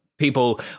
people